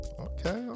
okay